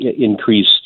increased